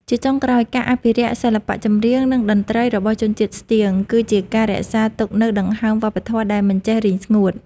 ជាចុងក្រោយ ការអភិរក្សសិល្បៈចម្រៀង និងតន្ត្រីរបស់ជនជាតិស្ទៀង គឺជាការរក្សាទុកនូវដង្ហើមវប្បធម៌ដែលមិនចេះរីងស្ងួត។